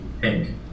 pink